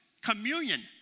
communion